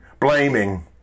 Blaming